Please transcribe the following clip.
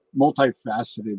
multifaceted